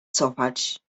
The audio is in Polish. cofać